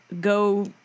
Go